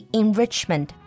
enrichment